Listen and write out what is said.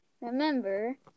remember